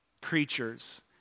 creatures